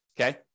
okay